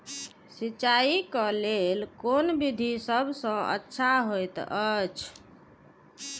सिंचाई क लेल कोन विधि सबसँ अच्छा होयत अछि?